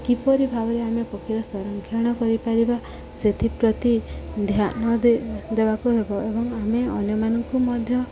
କିପରି ଭାବରେ ଆମେ ପକ୍ଷୀର ସଂରକ୍ଷଣ କରିପାରିବା ସେଥିପ୍ରତି ଧ୍ୟାନ ଦେବାକୁ ହେବ ଏବଂ ଆମେ ଅନ୍ୟମାନଙ୍କୁ ମଧ୍ୟ